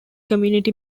community